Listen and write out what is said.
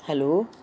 hello